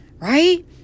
Right